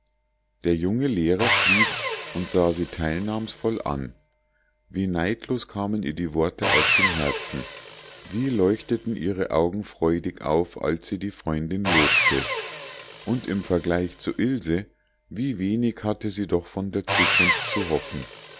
der junge lehrer schwieg und sah sie teilnahmvoll an wie neidlos kamen ihr die worte aus dem herzen wie leuchteten ihre augen freudig auf als sie die freundin lobte und im vergleich zu ilse wie wenig hatte sie doch von der zukunft zu hoffen